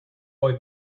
boy